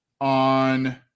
on